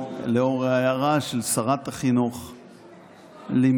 לאור ההערה של שרת החינוך למסור,